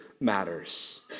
matters